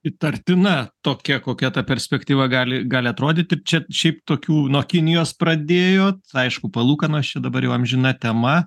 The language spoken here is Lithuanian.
įtartina tokia kokia ta perspektyva gali gali atrodyti čia šiaip tokių no kinijos pradėjo aišku palūkanos čia dabar jau amžina tema